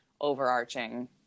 overarching